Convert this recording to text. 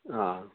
آ